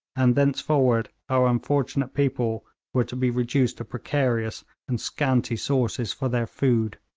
and thenceforward our unfortunate people were to be reduced to precarious and scanty sources for their food.